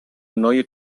neue